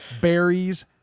berries